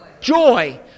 joy